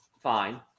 fine